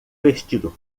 vestido